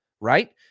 right